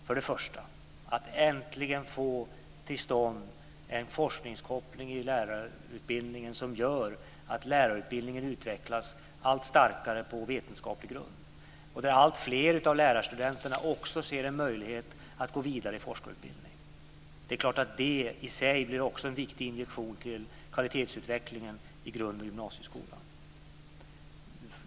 Först och främst: Att äntligen få till stånd en forskningskoppling i lärarutbildningen som gör att lärarutbildningen utvecklas allt starkare på vetenskaplig grund. Alltfler av lärarstudenterna ska se en möjlighet att gå vidare i forskarutbildning. Detta i sig blir en viktig injektion till kvalitetsutvecklingen i grund och gymnasieskolan.